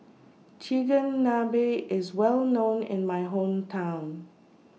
Chigenabe IS Well known in My Hometown